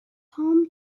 home